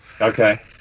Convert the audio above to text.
Okay